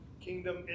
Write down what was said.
kingdom